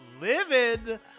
livid